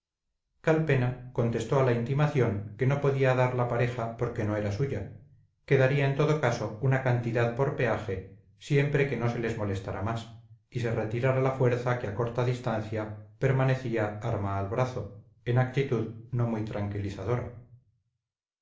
sí calpena contestó a la intimación que no podía dar la pareja porque no era suya que daría en todo caso una cantidad por peaje siempre que no se les molestara más y se retirara la fuerza que a corta distancia permanecía arma al brazo en actitud no muy tranquilizadora